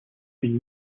been